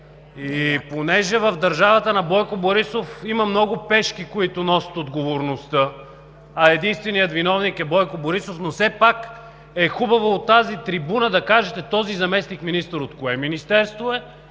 И понеже в държавата на Бойко Борисов има много пешки, които носят отговорността, а единственият виновник е Бойко Борисов, но все пак е хубаво от тази трибуна да кажете този заместник-министър от кое министерство е